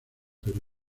pero